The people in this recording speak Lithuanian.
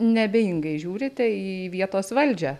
neabejingai žiūrite į vietos valdžią